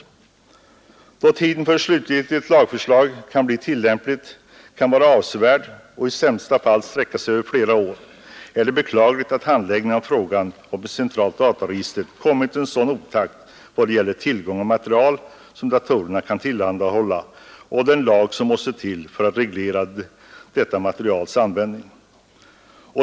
Då det kan dröja länge innan ett slutgiltigt lagförslag kan läggas fram — i sämsta fall kan det dröja flera år — är det beklagligt att handläggningen av frågan om ett centralt dataregister kommit i sådan otakt i fråga om å ena sidan tillgång till det material som datorerna kan tillhandahålla och å andra sidan den lag som måste stiftas för att reglera detta materials användning.